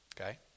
Okay